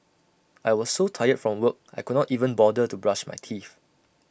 I was so tired from work I could not even bother to brush my teeth